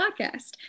podcast